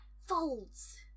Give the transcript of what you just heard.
Folds